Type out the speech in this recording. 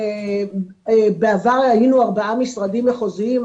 בעבר היינו 4 משרדים מחוזיים,